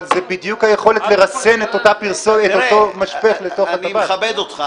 אבל זה בדיוק היכולת לרסן את אותו משפך לתוך --- אני מכבד אותך.